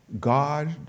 God